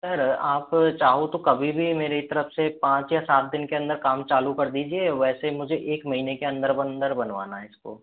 sir आप चाहो तो कभी भी मेरी तरफ़ से पाँच या सात दिन के अंदर काम चालू कर दीजिये वैसे मुझे एक महीने के अन्दर अन्दर बनवाना है इसको